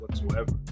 whatsoever